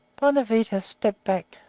bonavita stepped back,